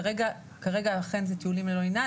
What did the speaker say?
כרגע אלה אכן טיולים ללא לינה.